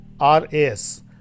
RAS